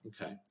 Okay